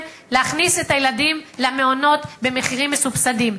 להכניס את הילדים למעונות במחירים מסובסדים.